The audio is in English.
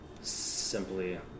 simply